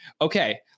Okay